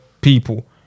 people